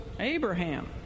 Abraham